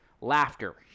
laughter